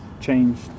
changed